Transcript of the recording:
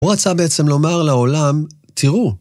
הוא רצה בעצם לומר לעולם, תראו.